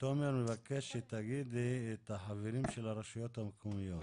תומר מבקש שתגידי את החברים של הרשויות המקומיות.